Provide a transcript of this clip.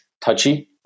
touchy